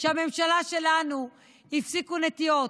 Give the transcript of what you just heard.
שהממשלה שלנו הפסיקה נטיעות.